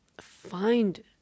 find